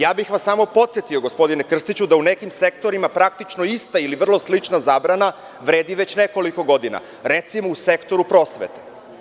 Samo bih vas podsetio, gospodine Krstiću, da u nekim sektorima ista ili vrlo slična zabrana vredi već nekoliko godina, recimo u sektoru prosvete.